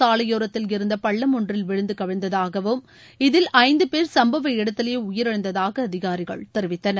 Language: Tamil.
சாலையோரத்தில் இருந்த பள்ளம் ஒன்றில் விழுந்து கவிழ்ந்ததாகவும் இதில் ஐந்து பேர் சம்பவ இடத்திலேயே உயிரிழந்ததாகவும் அதிகாரிகள் தெரிவித்தனர்